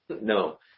No